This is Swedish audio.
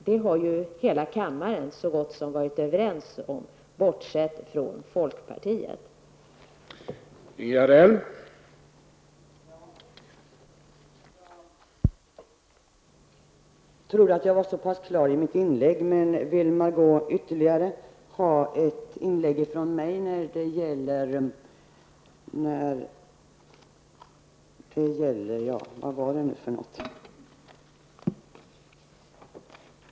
Det har så gott som hela kammaren varit överens om bortsett från folkpartiets ledamöter.